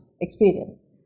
experience